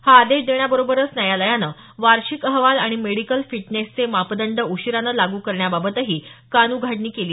हा आदेश देण्याबरोबरच न्यायालयानं वार्षिक अहवाल आणि मेडिकल फिटनेसचे मापंदड उशिरानं लागू करण्याबाबतही कानउघाडणी केली